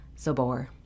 Zabor